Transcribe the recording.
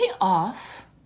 off